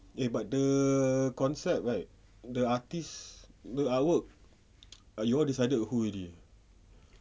eh but the concept like the artist the artwork you all decided who already